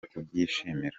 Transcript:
kubyishimira